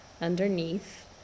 underneath